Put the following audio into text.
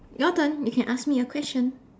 your turn you can ask me a question